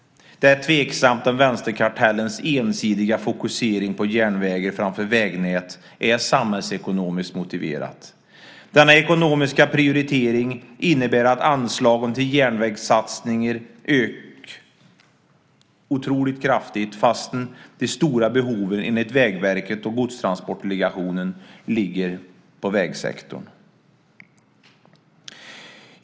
Det är tveksamt om vänsterkartellens ensidiga fokusering på järnvägen framför vägnätet är samhällsekonomiskt motiverat. Denna ekonomiska prioritering innebär att anslagen till järnvägssatsningar ökar otroligt kraftigt fast de stora behoven enligt Vägverket och Godstransportdelegationen ligger på vägsektorn.